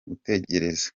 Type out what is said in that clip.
gutegereza